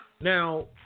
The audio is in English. Now